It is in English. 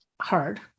hard